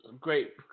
great